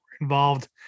involved